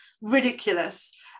Ridiculous